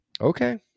Okay